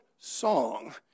song